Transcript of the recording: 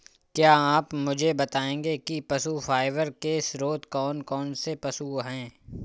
क्या आप मुझे बताएंगे कि पशु फाइबर के स्रोत कौन कौन से पशु हैं?